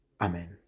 Amen